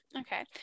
Okay